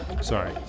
sorry